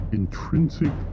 intrinsic